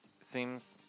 seems